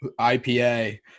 IPA